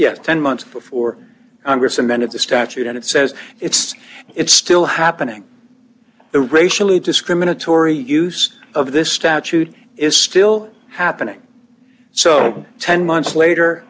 have ten months before congress amended the statute and it says it's it's still happening the racially discriminatory use of this statute is still happening so ten months later